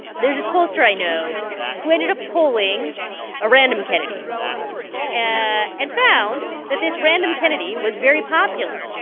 there's this pollster i know who ended up polling a random kennedy and found that this random kennedy was very popular.